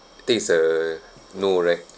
these are no right